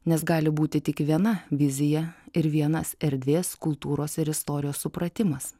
nes gali būti tik viena vizija ir vienas erdvės kultūros ir istorijos supratimas